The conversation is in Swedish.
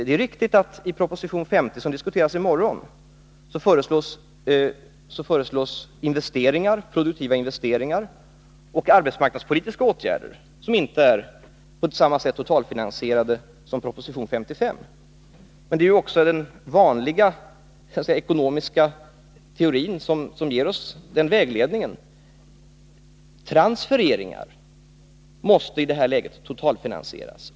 Det är riktigt att i proposition 50, som diskuteras i morgon, föreslås produktiva 27 investeringar och arbetsmarknadspolitiska åtgärder som inte är totalfinansierade på samma sätt som föreslås i proposition 55. Men det är också den vanliga ekonomiska teorin som gett oss den vägledningen. Transfereringar måste i det här läget totalfinansieras.